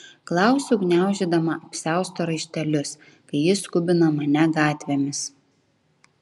klausiu gniaužydama apsiausto raištelius kai jis skubina mane gatvėmis